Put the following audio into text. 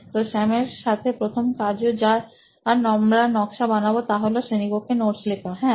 তো স্যামের সাথে প্রথম কার্য যার আমরা নকশা বানাবো তা হলো শ্রেণীকক্ষে নোটস লেখাহ্যাঁ